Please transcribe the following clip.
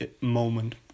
moment